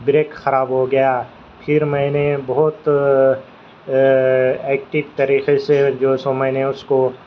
break خراب ہو گیا پھر میں نے بہت ایکٹو طریقے سے جو سو میں نے اس کو